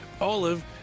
olive